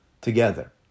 together